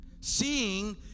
seeing